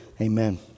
Amen